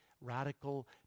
radical